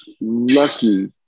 lucky